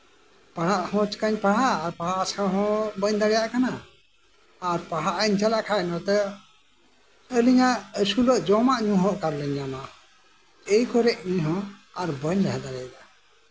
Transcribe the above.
ᱯᱟᱲᱦᱟᱜ ᱦᱚᱸ ᱪᱤᱠᱟᱹᱧ ᱯᱟᱲᱦᱟᱜᱼᱟ ᱯᱟᱲᱦᱟᱜ ᱦᱚᱸ ᱵᱟᱹᱧ ᱫᱟᱲᱮᱭᱟᱜ ᱠᱟᱱᱟ ᱟᱨ ᱯᱟᱲᱦᱟᱜ ᱤᱧ ᱪᱟᱞᱟᱜ ᱠᱷᱟᱡ ᱟᱹᱞᱤᱧᱟᱜ ᱟᱹᱥᱩᱞᱚᱜ ᱡᱚᱢᱟᱜ ᱧᱩᱣᱟᱜ ᱚᱠᱟᱨᱮᱞᱤᱧ ᱧᱟᱢᱟ ᱮᱭ ᱠᱚᱨᱮ ᱤᱧᱦᱚᱸ ᱟᱨ ᱵᱟᱹᱧ ᱞᱟᱦᱟ ᱫᱟᱲᱮᱭᱟᱫᱟ